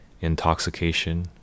intoxication